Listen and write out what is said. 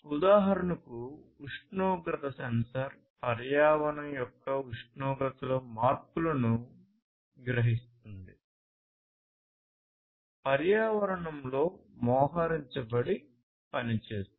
ఉదాహరణకు ఉష్ణోగ్రత సెన్సార్ పర్యావరణం యొక్క ఉష్ణోగ్రతలో మార్పులను గ్రహిస్తుంది పర్యావరణంలో మోహరించబడి పనిచేస్తుంది